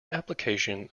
application